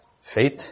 Faith